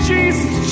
Jesus